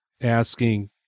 asking